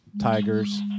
tigers